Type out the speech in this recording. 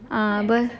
ah